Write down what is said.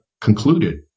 concluded